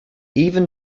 even